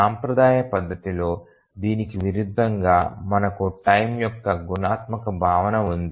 సాంప్రదాయ పద్ధతిలో దీనికి విరుద్ధంగా మనకు టైమ్ యొక్క గుణాత్మక భావన ఉంది